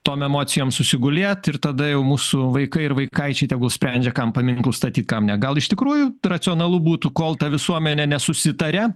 tom emocijom susigulėt ir tada jau mūsų vaikai ir vaikaičiai tegul sprendžia kam paminklus statyti kam ne gal iš tikrųjų racionalu būtų kol ta visuomenė nesusitaria